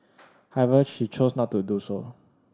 however she chose not to do so